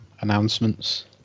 announcements